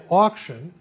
auction